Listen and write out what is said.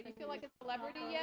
and feel like a celebrity, yet?